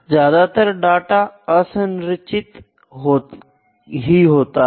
ज्यादातर डाटा असंरचित की होता है